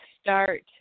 Start